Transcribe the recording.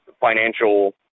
financial